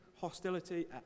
hostility